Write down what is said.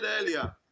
earlier